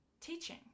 teaching